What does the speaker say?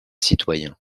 citoyens